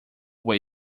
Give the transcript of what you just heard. way